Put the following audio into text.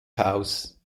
haus